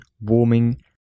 warming